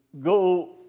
go